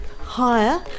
higher